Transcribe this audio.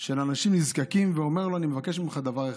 של אנשים נזקקים ואומר לו: אני מבקש ממך דבר אחד,